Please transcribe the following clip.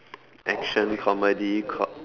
action comedy cop